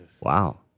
Wow